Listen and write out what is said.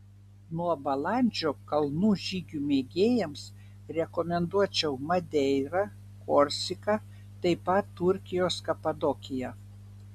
nuo balandžio kalnų žygių mėgėjams rekomenduočiau madeirą korsiką taip pat turkijos kapadokiją